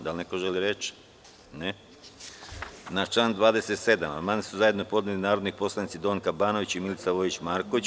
Da li neko želi reč? (Ne) Na član 27. amandman su zajedno podnele narodni poslanici Donka Banović i Milica Vojić Marković.